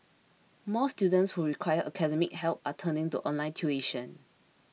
more students who require academic help are turning to online tuition